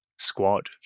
squad